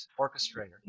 orchestrator